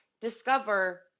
discover